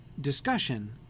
discussion